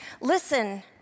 Listen